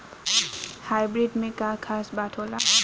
Hybrid में का खास बात होला?